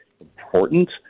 important